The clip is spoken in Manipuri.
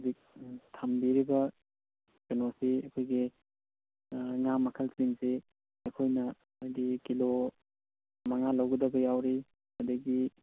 ꯊꯝꯕꯤꯔꯕ ꯀꯩꯅꯣꯁꯦ ꯑꯩꯈꯣꯏꯒꯤ ꯉꯥ ꯃꯈꯜꯁꯤꯡꯁꯦ ꯑꯩꯈꯣꯏꯅ ꯍꯥꯏꯗꯤ ꯀꯤꯂꯣ ꯃꯉꯥ ꯂꯧꯒꯗꯕ ꯌꯥꯎꯔꯤ ꯑꯗꯨꯗꯒꯤ